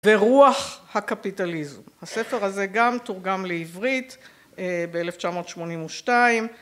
ורוח הקפיטליזם. הספר הזה גם תורגם לעברית ב-1982.